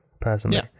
personally